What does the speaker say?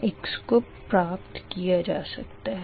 ∆x को प्राप्त किया जा सकता है